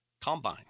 combine